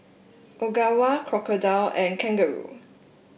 Ogawa Crocodile and Kangaroo